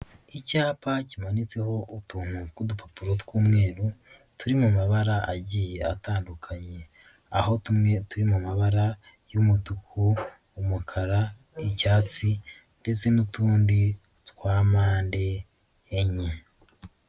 Icyapa kimanitseho utuntu tw'udupapuro tw'umweru turi mu mabara agiye atandukanye aho tumwe turi mu mabara y'umutuku, umukara, icyatsi ndetse n'utundi twa mpande enye.